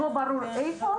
לא ברור איפה,